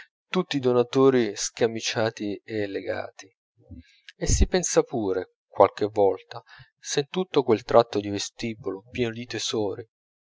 tutti i donatori scamiciati e legati e si pensa pure qualche volta se in tutto quel tratto di vestibolo pieno di tesori